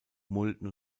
mulden